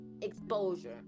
exposure